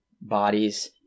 bodies